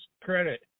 credit